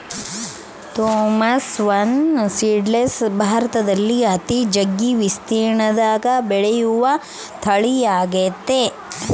Thompson seedless ಭಾರತದಲ್ಲಿ ಅತಿ ಜಗ್ಗಿ ವಿಸ್ತೀರ್ಣದಗ ಬೆಳೆಯುವ ತಳಿಯಾಗೆತೆ